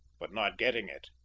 but not getting it,